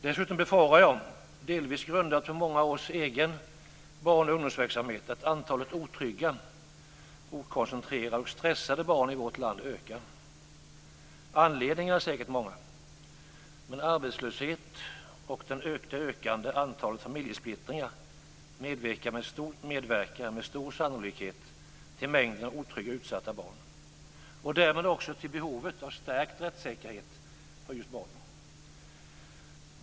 Dessutom befarar jag, delvis grundat på erfarenhet från många års egen barn och ungdomsverksamhet, att antalet otrygga, okoncentrerade och stressade barn i vårt land ökar. Anledningarna är säkert många, men arbetslöshet och det ökande antalet familjesplittringar medverkar med stor sannolikhet till att det blir en stor mängd otrygga och utsatta barn - och därmed också till behovet av stärkt rättssäkerhet för just barnen.